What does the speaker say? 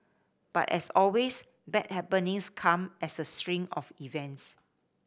but as always bad happenings come as a string of events